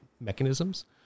mechanisms